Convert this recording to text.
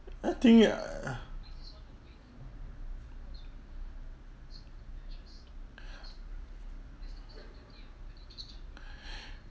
I think err